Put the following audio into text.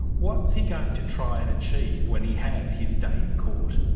what's he going to try and achieve when he has his day in court?